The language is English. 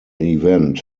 event